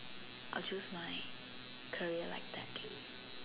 I'll choose my career like that